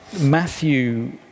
matthew